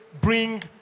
bring